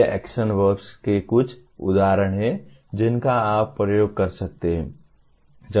ये action verbs के कुछ उदाहरण हैं जिनका आप उपयोग कर सकते हैं